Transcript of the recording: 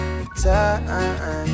Time